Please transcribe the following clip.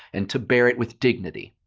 and to bear it with dignity,